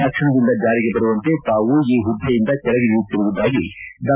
ತಕ್ಷಣದಿಂದ ಜಾರಿಗೆ ಬರುವಂತೆ ತಾವು ಈ ಹುದ್ದೆಯಿಂದ ಕೆಳಗಿಳಿಯುತ್ತಿರುವುದಾಗಿ ಡಾ